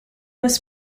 was